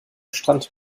strand